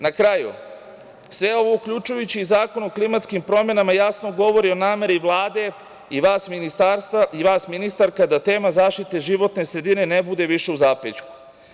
Na kraju, sve ovo, uključujući i Zakon o klimatskim promenama, jasno govori o nameri Vlade i vas ministarka, da tema zaštite životne sredine ne bude više u zapećku.